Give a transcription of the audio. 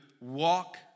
walk